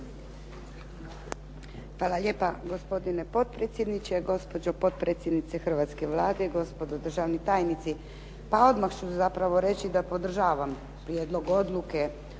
Hvala lijepa gospodine potpredsjedniče, gospođo potpredsjednice hrvatske Vlade, gospodo državni tajnici. Pa odmah ću zapravo reći da podržavam Prijedlog Odluke